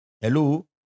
Hello